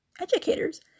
educators